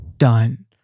done